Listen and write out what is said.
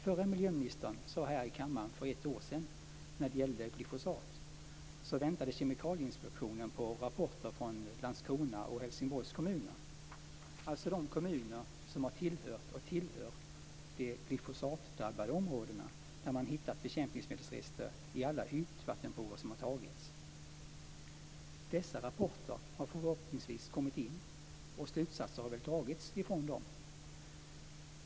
Förra miljöministern Anna Lindh sade här i kammaren för ett år sedan att Kemikalieinspektionen när det gällde glyfosat väntade på rapporter från Landskrona och Helsingborgs kommuner, alltså de kommuner som har tillhört och tillhör de glyfosatdrabbade områdena, där man hittat bekämpningsmedelsrester i alla de ytvattenprover som har tagits. Dessa rapporter har förhoppningsvis nu kommit in, och slutsatser har väl dragits av dem.